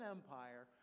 Empire